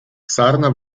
sarna